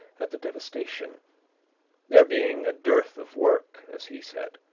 at the devastation there being a dearth of work, as he said.